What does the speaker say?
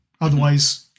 otherwise